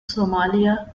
somalia